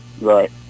Right